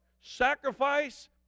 sacrifice